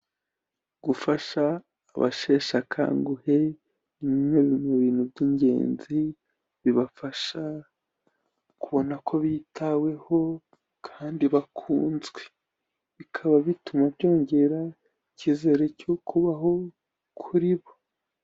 Gufasha abasheshe akanguhe ni bimwe mu bintu by'ingenzi bibafasha kubona ko bitaweho kandi bakunzwe, bikaba bituma byongera icyizere cyo kubaho kuri bo.